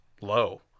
low